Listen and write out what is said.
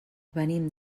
venim